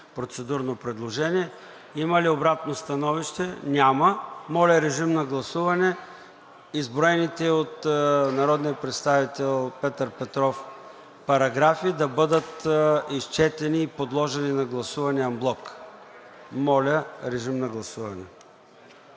процедурно предложение. Има ли обратно становище? Няма. Моля, режим на гласуване изброените от народния представител Петър Петров параграфи да бъдат изчетени и подложени на гласуване анблок. Гласували